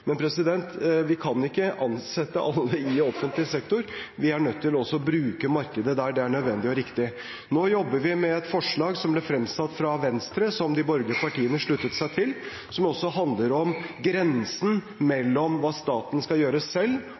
Men vi kan ikke ansette alle i offentlig sektor, vi er nødt til også å bruke markedet der det er nødvendig og riktig. Nå jobber vi med et forslag som ble fremsatt av Venstre, og som de borgerlige partiene sluttet seg til, som også handler om grensen mellom hva staten skal gjøre selv,